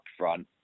upfront